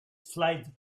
flight